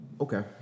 Okay